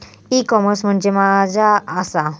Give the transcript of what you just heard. E commerce म्हणजे मझ्या आसा?